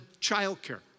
childcare